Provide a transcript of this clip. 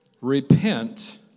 repent